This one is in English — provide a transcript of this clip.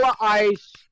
Ice